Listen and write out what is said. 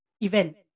event